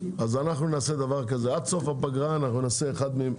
אז אנחנו נעשה דבר כזה: עד סוף הפגרה אנחנו נעשה אחד מהם.